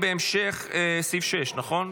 עוברים לסעיף 6, נכון?